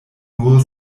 nur